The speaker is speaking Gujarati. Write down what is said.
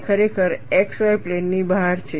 તે ખરેખર xy પ્લેનની બહાર છે